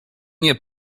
nie